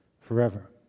forever